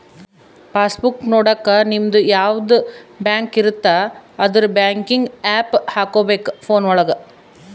pass book ನೊಡಕ ನಿಮ್ಡು ಯಾವದ ಬ್ಯಾಂಕ್ ಇರುತ್ತ ಅದುರ್ ಬ್ಯಾಂಕಿಂಗ್ ಆಪ್ ಹಕೋಬೇಕ್ ಫೋನ್ ಒಳಗ